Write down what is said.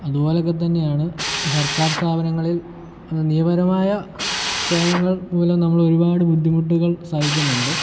അതുപോലെയൊക്കെ തന്നെയാണ് സർക്കാർ സ്ഥാപനങ്ങളിൽ നിയമപരമായ സേവനങ്ങൾ മൂലം നമ്മളൊരുപാട് ബുദ്ധിമുട്ടുകൾ സഹിക്കുന്നുണ്ട്